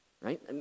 Right